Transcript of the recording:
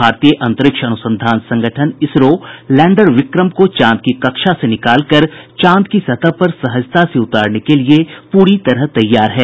भारतीय अंतरिक्ष अनुसंधान संगठन इसरो लैंडर विक्रम को चांद की कक्षा से निकालकर चांद की सतह पर सहजता से उतारने के लिए पूरी तरह तैयार है